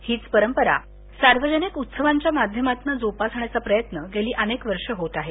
हीच परंपरा सार्वजनिक उत्सवांच्या माध्यमातून जोपासण्याचा प्रयत्न गेली अनेक वर्षे होत आहे